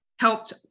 helped